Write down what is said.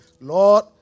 Lord